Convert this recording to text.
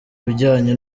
bijyanye